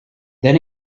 then